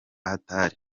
hatari